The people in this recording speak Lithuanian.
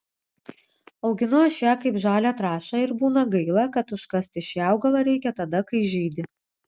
auginu aš ją kaip žalią trąšą ir būna gaila kad užkasti šį augalą reikia tada kai žydi